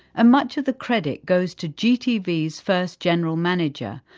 much of the credit goes to gtv's first general manager,